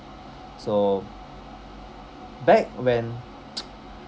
so back when